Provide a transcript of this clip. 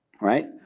Right